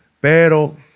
pero